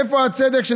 איפה הצדק?